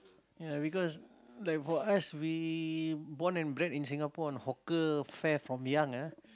ya because like for us we born and bred in Singapore on hawker fare from young ah